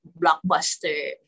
blockbuster